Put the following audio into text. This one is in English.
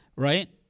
right